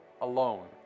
alone